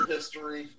History